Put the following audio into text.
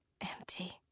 empty